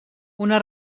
una